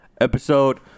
Episode